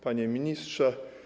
Panie Ministrze!